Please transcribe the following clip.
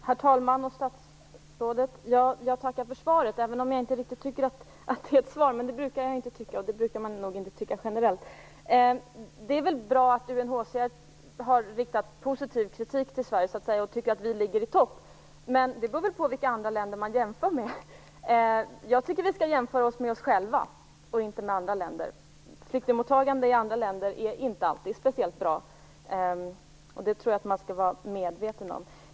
Herr talman! Jag tackar statsrådet för svaret, som jag inte riktigt tycker är ett svar. Men det brukar jag inte tycka, och så är det nog generellt. Det är bra att UNHCR har riktat positiv kritik till Sverige och att man tycker att vi ligger i topp. Men det beror väl på vilka andra länder som vi jämförs med. Jag tycker att vi skall jämföra oss med oss själva, inte med andra länder. Flyktingmottagandet i andra länder är inte alltid speciellt bra. Det tror jag att man skall vara medveten om.